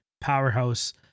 Powerhouse